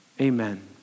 Amen